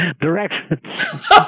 directions